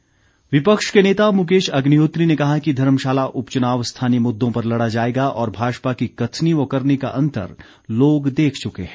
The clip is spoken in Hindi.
अग्निहोत्री विपक्ष के नेता मुकेश अग्निहोत्री ने कहा है कि धर्मशाला उपच्चनाव स्थानीय मुददों पर लड़ा जाएगा और भाजपा की कथनी व करनी का अंतर लोग देख चुके हैं